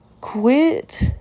quit